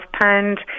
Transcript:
pound